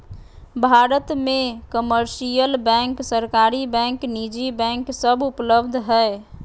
भारत मे commercial bank, सरकारी bank, निजी बैंक सब उपलब्ध हय